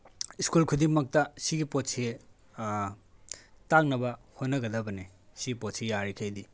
school ꯈꯨꯗꯤꯡꯃꯛꯇ ꯁꯤꯒꯤ ꯄꯣꯠꯁꯦ ꯇꯥꯛꯅꯕ ꯍꯣꯠꯅꯒꯗꯕꯅꯦ ꯁꯤꯒꯤ ꯄꯣꯠꯁꯤ ꯌꯥꯔꯤꯈꯩꯗꯤ